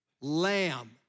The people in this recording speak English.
lamb